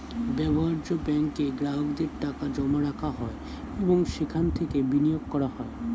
ব্যবহার্য ব্যাঙ্কে গ্রাহকদের টাকা জমা রাখা হয় এবং সেখান থেকে বিনিয়োগ করা হয়